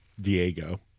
diego